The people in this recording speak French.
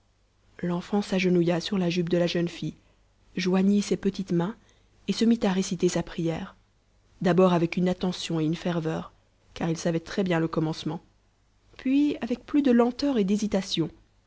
l'enfant s'agenouilla sur la jupe de la jeune fille joignit ses petites mains et se mit à réciter sa prière d'abord avec attention et ferveur car il savait très bien le commencement puis avec plus de lenteur et d'hésitation